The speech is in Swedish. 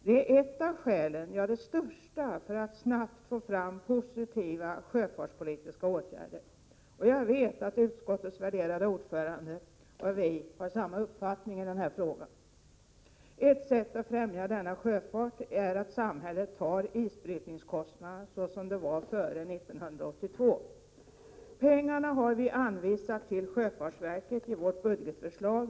Det är det främsta skälet för oss att snabbt få fram positiva sjöfartsåtgärder. Jag vet att utskottets värderade ordförande och vi i centern har samma uppfattning i den här frågan. Ett sätt att främja denna sjöfart är att samhället står för isbrytningskostnaden såsom förhållandet var före 1982. Pengarna har vi anvisat till sjöfartsverket i vårt budgetförslag.